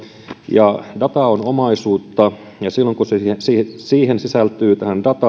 ja data on omaisuutta ja silloin kun siihen dataan sisältyy